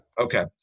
Okay